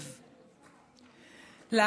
ראויה.